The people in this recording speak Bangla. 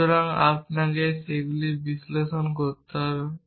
সুতরাং আপনাকে সেগুলিকে বিশ্লেষণ করতে হবে